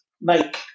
make